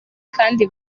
kandi